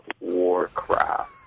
warcraft